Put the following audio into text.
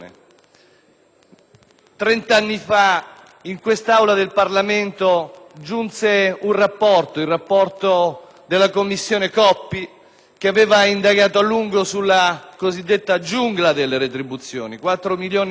Trent'anni fa, in questa Aula del Parlamento, giunse il rapporto della commissione Coppi, che aveva indagato a lungo sulla cosiddetta giungla delle retribuzioni: 4,5 milioni di